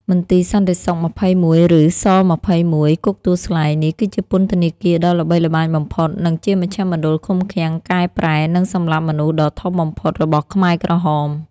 មន្ទីរសន្តិសុខ ២១ (ឬ ស-២១) គុកទួលស្លែង នេះគឺជាពន្ធនាគារដ៏ល្បីល្បាញបំផុត និងជាមជ្ឈមណ្ឌលឃុំឃាំង កែប្រែ និងសម្លាប់មនុស្សដ៏ធំបំផុតរបស់ខ្មែរក្រហម។